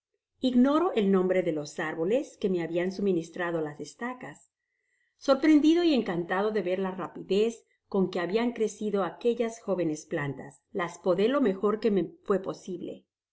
ignoro el nombre de los árboles que me habian suministrado las estacas sorprendido y encantado de ver la rapidez con que habian crecido aquellas jóvenes plantas las podé lo mejor que me fué posible no